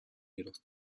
jedoch